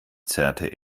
zerrte